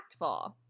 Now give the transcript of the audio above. impactful